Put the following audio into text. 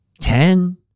ten